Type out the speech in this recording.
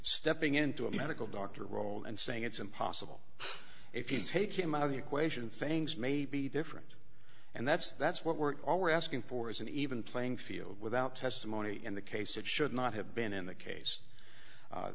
stepping into a medical doctor role and saying it's impossible if you take him out of the equation fangs may be different and that's that's what we're all we're asking for is an even playing field without testimony in the case it should not have been in th